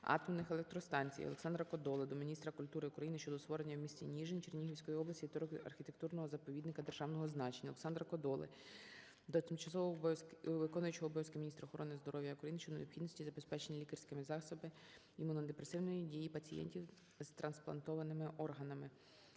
атомних електростанцій. Олександра Кодоли до міністра культури України щодо створення в місті Ніжин Чернігівської областіісторико-архітектурного заповідника державного значення. Олександра Кодоли до тимчасово виконуючої обов'язки Міністра охорони здоров'я України щодо необхідності забезпечення лікарськими засобамиімуносупресивної дії пацієнтів з трансплантованими органами.